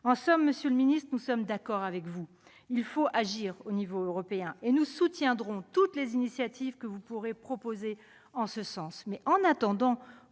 En fait, monsieur le secrétaire d'État, nous sommes d'accord avec vous : il faut agir à l'échelle européenne. Et nous soutiendrons toutes les initiatives que vous pourrez proposer en ce sens. Mais, en attendant,